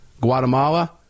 Guatemala